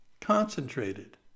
concentrated